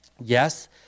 Yes